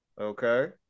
Okay